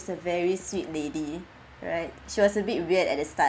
is a very sweet lady right she was a bit weird at the start